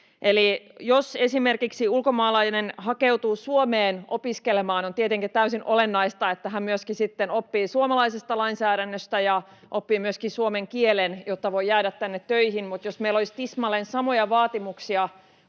jos esimerkiksi ulkomaalainen hakeutuu Suomeen opiskelemaan, on tietenkin täysin olennaista, että hän myöskin sitten oppii suomalaisesta lainsäädännöstä ja oppii myöskin suomen kielen, jotta voi jäädä tänne töihin. Mutta jos meillä olisi tismalleen samoja vaatimuksia,